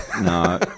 No